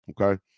Okay